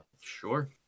Sure